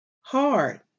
hard